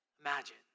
Imagine